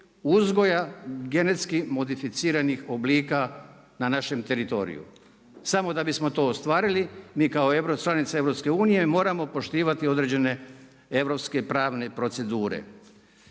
uzgoja genetski modificiranih oblika na našem teritoriju samo da bismo to ostvarili. Mi kao članica EU moramo poštivati određene europske pravne procedure.